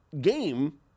game